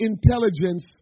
intelligence